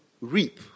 reap